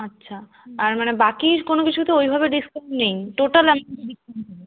আচ্ছা আর মানে বাকির কোনও কিছু তো ওই ভাবে ডিসকাউন্ট নেই টোটাল অ্যামাউন্টে ডিসকাউন্ট হবে